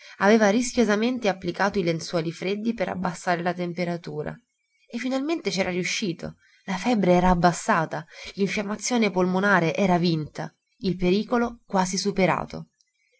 aveva rischiosamente applicato i lenzuoli freddi per abbassare la temperatura e finalmente c'era riuscito la febbre era abbassata l'infiammazione polmonare era vinta il pericolo quasi superato